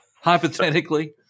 Hypothetically